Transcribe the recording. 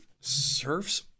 Surfs